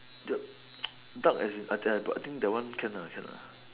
the duck as in I I I think that one can lah can lah